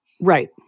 Right